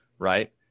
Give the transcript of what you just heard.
right